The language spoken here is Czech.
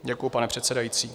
Děkuji, pane předsedající.